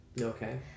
Okay